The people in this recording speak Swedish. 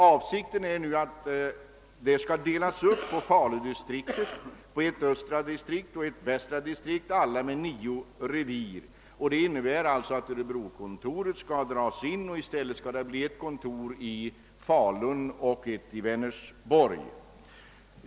Avsikten är nu att det distriktet skall delas upp på faludistriktet, ett östra distrikt och ett västra distrikt, alla med 9 revir. Örebrokontoret kommer alltså att dras in, och i stället blir det ett kontor i Falun och ett i Vänersborg.